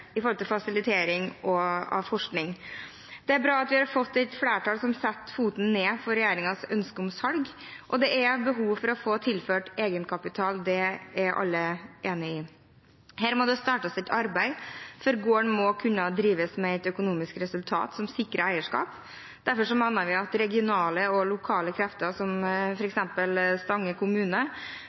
fasilitering av forskning. Det er bra at det blir et flertall som setter foten ned for regjeringens ønske om salg. Det er behov for å få tilført egenkapital, det er alle enige om. Her må det startes et arbeid, for gården må kunne drives med et økonomisk resultat som sikrer eierskap. Derfor mener vi at regionale og lokale krefter, som f.eks. Stange kommune,